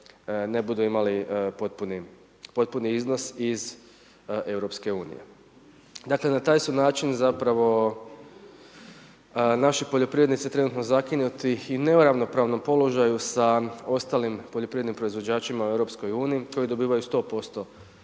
ne budu imali potpuni iznos iz Europske unije. Dakle na taj su način zapravo naši poljoprivrednici trenutno zakinuti i u neravnopravnom položaju sa ostalim poljoprivrednim proizvođačima u Europskoj uniji koji dobivaju 100%